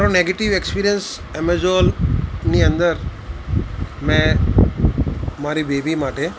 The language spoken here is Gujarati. મારો નેગેટિવ એક્સપિરિયન્સ એમેઝોલની અંદર મેં મારી બેબી માટે